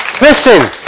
Listen